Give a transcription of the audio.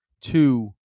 Two